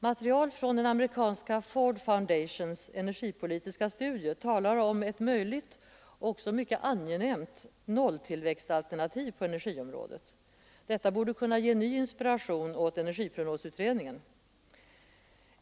Material från den amerikanska Ford Foundations energipolitiska studier talar om ett möjligt och också mycket angenämt 0-tillväxtalternativ på energiområdet. Detta borde kunna ge ny inspiration åt energiprognosutredningen.